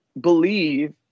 believe